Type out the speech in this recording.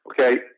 Okay